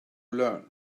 learn